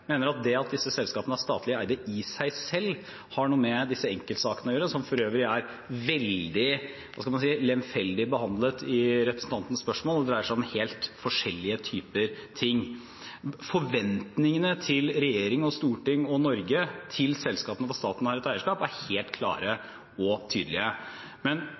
mener at det at disse selskapene er statlig eid i seg selv har noe med disse enkeltsakene å gjøre, som for øvrig er veldig – hva skal man si – lemfeldig behandlet i representantens spørsmål. Det dreier seg om helt forskjellige typer ting. Forventningene til regjering og storting og Norge til selskaper hvor staten har et eierskap, er helt klare og tydelige. Men